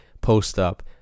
post-up